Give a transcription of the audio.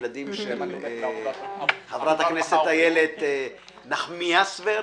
הילדים של חברת הכנסת איילת נחמיאס ורבין.